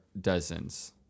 dozens